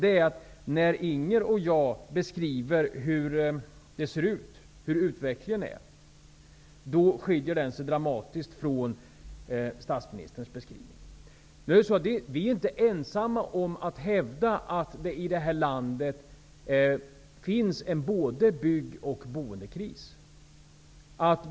Inger Lundbergs och min beskrivning av utvecklingen skiljer sig dramatiskt från statsministerns. Vi är inte ensamma om att hävda att det här i landet finns både en bygg och en boendekris.